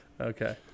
Okay